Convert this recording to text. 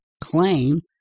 claim